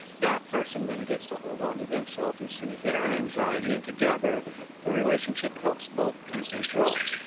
that person then gets to hold on to themselves and sue their anxiety and together the relationship helps both people grow.